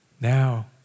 now